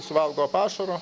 suvalgo pašaro